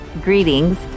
greetings